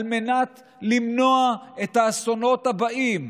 על מנת למנוע את האסונות הבאים,